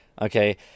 okay